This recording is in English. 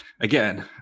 again